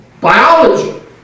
biology